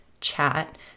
chat